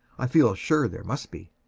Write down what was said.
i feel sure there must be.